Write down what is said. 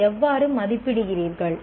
நீங்கள் எவ்வாறு மதிப்பிடுகிறீர்கள்